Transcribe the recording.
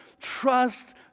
trust